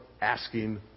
asking